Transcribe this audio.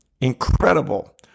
incredible